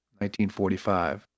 1945